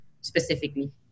specifically